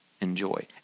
Enjoy